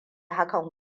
hakan